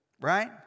Right